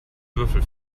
würfel